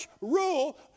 rule